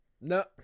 No